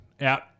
Out